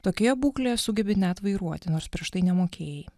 tokioje būklėje sugebi net vairuoti nors prieš tai nemokėjai